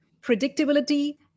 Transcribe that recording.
predictability